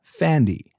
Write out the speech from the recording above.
Fandy